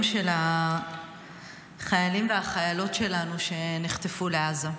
של החיילים והחיילות שלנו שנחטפו לעזה,